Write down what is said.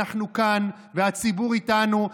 אנחנו כאן והציבור איתנו,